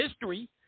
history